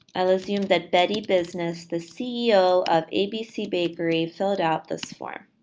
i'll assume that betty business, the ceo of abc bakery, filled out this form.